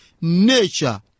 nature